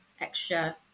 extra